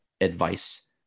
advice